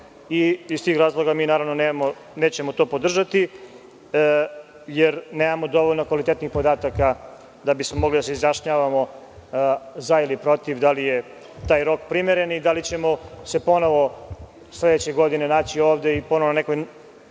Iz tih razloga mi nećemo to podržati, jer nemamo dovoljno kvalitetnih podataka da bismo mogli da se izjašnjavamo za ili protiv, da li je taj rok primeren i da li ćemo se ponovo sledeće godine naći ovde i na nekoj